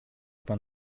pan